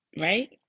right